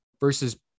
Versus